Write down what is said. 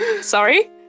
sorry